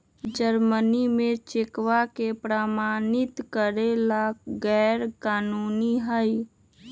Germany में चेकवा के प्रमाणित करे ला गैर कानूनी हई